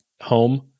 home